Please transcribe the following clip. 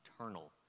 eternal